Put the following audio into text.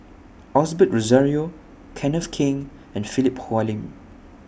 Osbert Rozario Kenneth Keng and Philip Hoalim